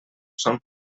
són